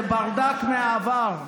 זה ברדק מהעבר.